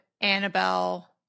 annabelle